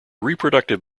reproductive